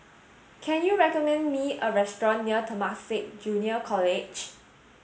can you recommend me a restaurant near Temasek Junior College